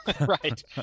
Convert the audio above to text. Right